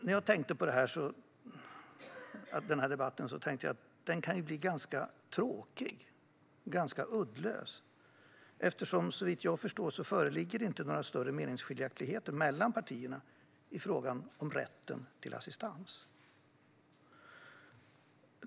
När jag tänkte på denna debatt tänkte jag att den kan bli ganska tråkig och uddlös eftersom det såvitt jag förstår inte föreligger några större meningsskiljaktigheter mellan partierna i frågan om rätten till assistans.